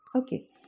okay